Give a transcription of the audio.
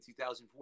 2004